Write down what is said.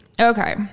Okay